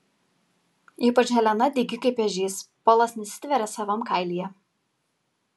ypač helena dygi kaip ežys polas nesitveria savam kailyje